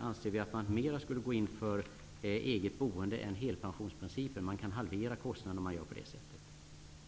anser vi att man mera skulle gå in för eget boende än helpensionsprincipen. Kostnaderna kan halveras om man gör på det sättet.